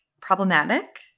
problematic